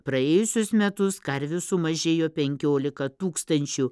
praėjusius metus karvių sumažėjo penkiolika tūkstančių